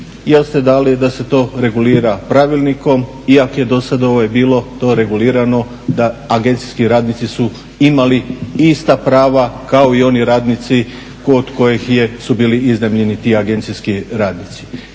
jel ste dali da se to regulira pravilnikom iako je dosada to bilo regulirano da agencijski radici su imali ista prava kao i oni radnici kod kojih su bili iznajmljeni ti agencijski radnici.